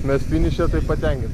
mes finiše patenkin